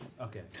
Okay